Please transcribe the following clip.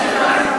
בת.